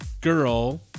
girl